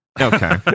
Okay